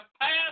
passed